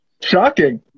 Shocking